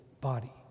body